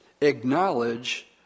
acknowledge